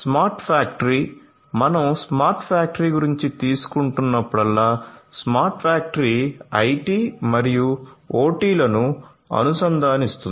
smart factory మనం smart factory గురించి తీసుకుంటున్నప్పుడల్లా స్మార్ట్ ఫ్యాక్టరీ IT మరియు OT లను అనుసంధానిస్తుంది